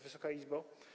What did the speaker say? Wysoka Izbo!